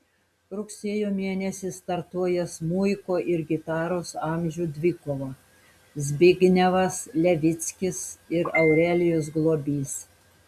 rugsėjo mėnesį startuoja smuiko ir gitaros amžių dvikova zbignevas levickis ir aurelijus globys